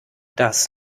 das